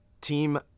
team